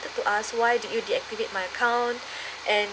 to ask why did you deactivate my account and